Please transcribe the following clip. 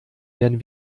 werden